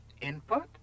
Input